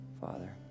Father